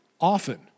Often